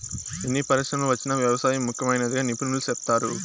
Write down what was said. ఎన్ని పరిశ్రమలు వచ్చినా వ్యవసాయం ముఖ్యమైనదిగా నిపుణులు సెప్తారు